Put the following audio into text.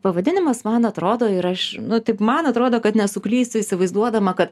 pavadinimas man atrodo ir aš nu taip man atrodo kad nesuklysiu įsivaizduodama kad